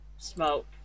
smoke